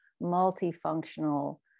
multi-functional